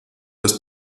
des